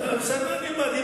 תלמד לאט-לאט.